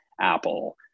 Apple